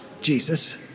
Jesus